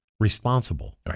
responsible